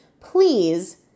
Please